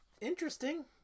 interesting